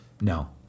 No